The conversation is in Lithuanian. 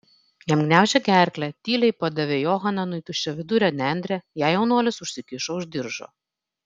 jam gniaužė gerklę tyliai padavė johananui tuščiavidurę nendrę ją jaunuolis užsikišo už diržo